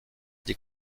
des